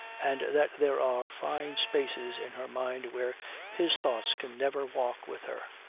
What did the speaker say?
and that there are fine spaces in her mind where his thoughts can never walk with her.